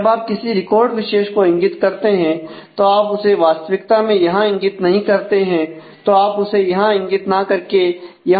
जब आप किसी रिकॉर्ड विशेष को इंगित करते हैं तो आप उसे वास्तविकता में यहां इंगित नहीं करते हैं तो आप उसे यहां इंगित ना करके यहां इंगित करते हैं